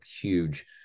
huge